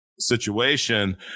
Situation